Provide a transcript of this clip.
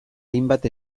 hainbat